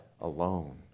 alone